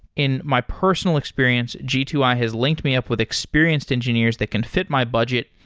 in my personal experience, g two i has linked me up with experienced engineers that can fit my budget,